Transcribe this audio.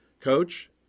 Coach